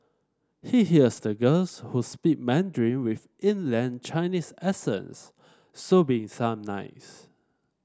he hears the girls who speak Mandarin with inland Chinese accents sobbing some nights